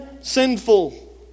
sinful